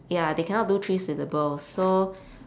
ya they cannot do three syllables so